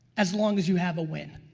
as long as you have a win.